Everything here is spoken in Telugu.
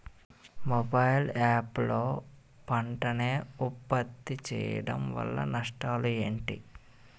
మొబైల్ యాప్ లో పంట నే ఉప్పత్తి చేయడం వల్ల నష్టాలు ఏంటి?